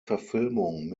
verfilmung